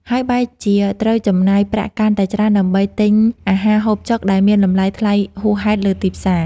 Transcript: ហើយបែរជាត្រូវចំណាយប្រាក់កាន់តែច្រើនដើម្បីទិញអាហារហូបចុកដែលមានតម្លៃថ្លៃហួសហេតុលើទីផ្សារ។